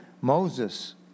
Moses